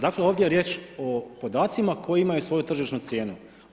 Dakle ovdje je riječ o podacima koji imaju svoju tržišnu cijenu.